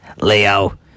Leo